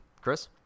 Chris